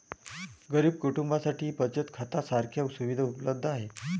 गरीब कुटुंबांसाठी बचत खात्या सारख्या सुविधा उपलब्ध आहेत